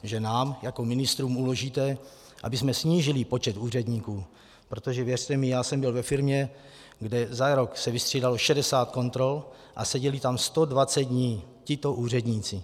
Že nám jako ministrům uložíte, abychom snížili počet úředníků, protože věřte mi, já jsem byl ve firmě, kde se za rok vystřídalo 60 kontrol a seděli tam 120 dní tito úředníci.